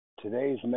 Today's